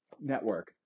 network